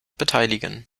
beteiligen